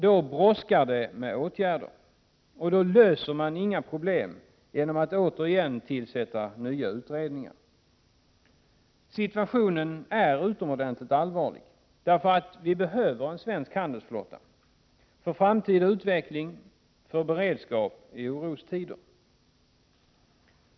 Då brådskar det med åtgärder, och vi löser inga problem genom att återigen tillsätta nya utredningar. Situationen är utomordentligt allvarlig, eftersom vi behöver en svensk handelsflotta för framtida utveckling och för beredskap i orostider.